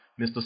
Mr